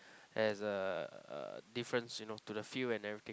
as a a difference you know to the feel and everything